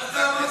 חבר הכנסת חנין,